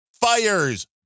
fires